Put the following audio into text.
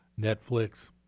Netflix